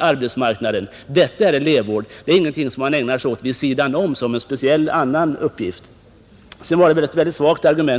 arbetsmarknaden. Detta är elevvård, Det är inte någonting som man ägnar sig åt vid sidan om som en speciell annan uppgift. Slutligen var talet om ferierna ett svagt argument.